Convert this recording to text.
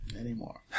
anymore